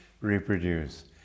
reproduce